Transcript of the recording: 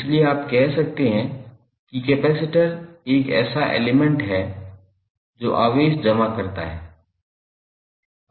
इसलिए आप कह सकते हैं कि कपैसिटर एक ऐसा एलिमेंट है जो आवेश जमा करता है